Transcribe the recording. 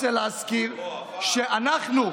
רוצה להזכיר שאנחנו,